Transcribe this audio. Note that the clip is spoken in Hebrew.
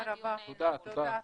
הישיבה נעולה.